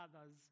others